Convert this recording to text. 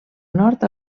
nord